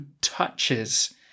touches